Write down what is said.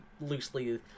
loosely